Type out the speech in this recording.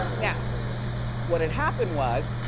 now what had happened was,